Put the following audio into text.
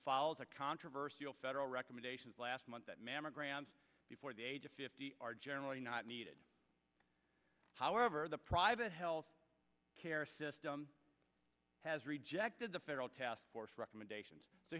follows a controversy all federal recommendations last month that mammograms before the age of fifty are generally not needed however the private health care system has rejected the federal task force recommendations so